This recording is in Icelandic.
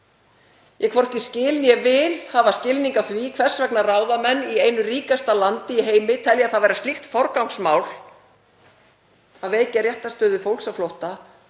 Ég hvorki skil né vil hafa skilning á því hvers vegna ráðamenn í einu ríkasta landi í heimi telja það vera slíkt forgangsmál að veikja réttarstöðu fólks á flótta